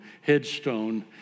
headstone